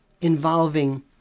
involving